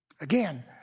Again